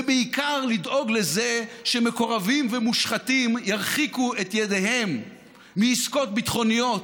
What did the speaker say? ובעיקר לדאוג לזה שמקורבים ומושחתים ירחיקו את ידיהם מעסקות ביטחוניות,